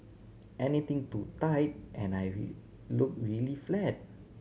anything too tight and I look really flat